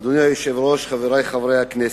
אדוני היושב-ראש, חברי חברי הכנסת,